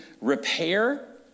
repair